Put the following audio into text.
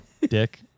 dick